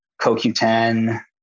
coq10